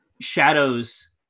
shadows